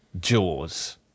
Jaws